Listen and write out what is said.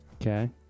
Okay